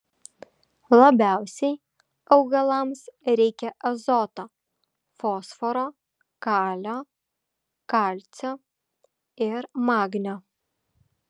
labiausiai augalams reikia azoto fosforo kalio kalcio ir magnio